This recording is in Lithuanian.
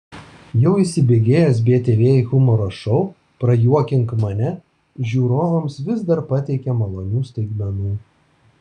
jau įsibėgėjęs btv humoro šou prajuokink mane žiūrovams vis dar pateikia malonių staigmenų